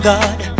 God